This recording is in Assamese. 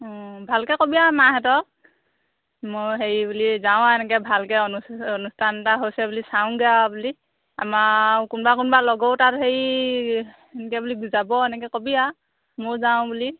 ভালকৈ কবি আৰু মাহেঁতক মই হেৰি বুলি যাওঁ আৰু এনেকৈ ভালকৈ অনুষ্ঠান এটা হৈছে আৰু চাওগৈ আৰু বুলি আমাৰ আৰু কোনোবা কোনোবা লগৰো তাত হেৰি এনেকৈ বুলি যাব এনেকৈ বুলি কবি আৰু ময়ো যাওঁ বুলি